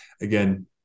again